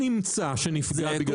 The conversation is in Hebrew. נמצא שנפגע --- זה באמת לא רזולוציה.